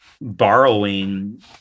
borrowing